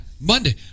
monday